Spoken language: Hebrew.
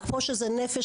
אז כמו שזה נפש,